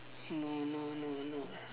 no no no no